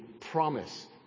promise